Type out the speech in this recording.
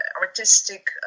artistic